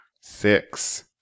six